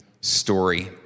story